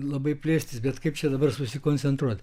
labai plėstis bet kaip čia dabar susikoncentruot